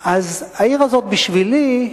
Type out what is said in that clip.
העיר הזאת בשבילי,